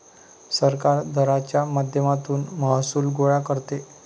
सरकार दराच्या माध्यमातून महसूल गोळा करते